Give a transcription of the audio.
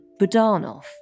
Budanov